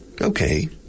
Okay